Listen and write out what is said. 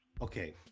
okay